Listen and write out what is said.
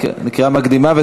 בקריאה מוקדמת,